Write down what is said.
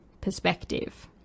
perspective